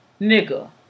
nigga